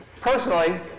personally